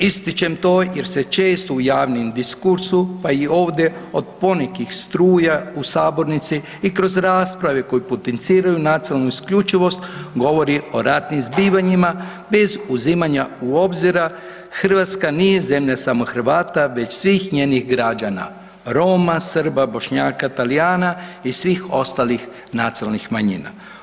Ističem to jer se često u javnom diskursu pa i ovdje od ponekih struja u sabornici i kroz rasprave koje potenciraju nacionalnu isključivost, govori o ratnim zbivanja bez uzimanja u obzira, Hrvatska nije samo zemlja Hrvata već svih njenih građana, Roma, Srba, Bošnjaka, Talijana i svih ostalih nacionalnih manjina.